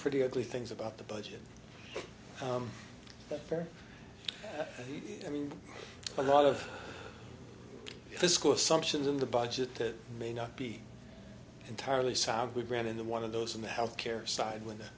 pretty ugly things about the budget for i mean a lot of fiscal assumptions in the budget that may not be entirely sound we ran in the one of those in the health care side when the